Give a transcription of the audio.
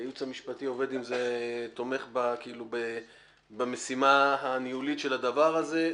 הייעוץ המשפטית תומך במשימה הניהולית של הדבר הזה.